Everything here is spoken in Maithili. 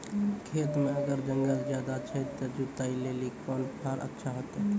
खेत मे अगर जंगल ज्यादा छै ते जुताई लेली कोंन फार अच्छा होइतै?